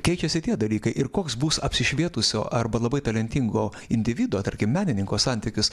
keičiasi tie dalykai ir koks bus apsišvietusio arba labai talentingo individo tarkim menininko santykis